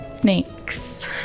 snakes